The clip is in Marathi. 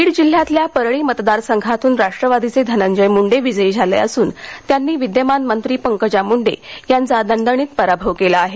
बीड जिल्ह्यातल्या परळी मतदारसंघातून राष्ट्रवादीचे धनंजय मुंडे विजयी झाले असून त्यांनी विद्यमान मंत्री पंकजा मुंडे यांचा दणदणीत असा पराभव केला आहे